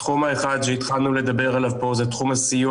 התחום האחד שהתחלנו לדבר עליו פה זה תחום הסיוע